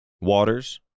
waters